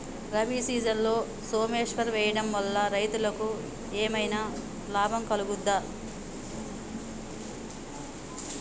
రబీ సీజన్లో సోమేశ్వర్ వేయడం వల్ల రైతులకు ఏమైనా లాభం కలుగుద్ద?